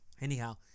Anyhow